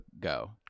go